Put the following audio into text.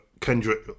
Kendrick